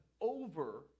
over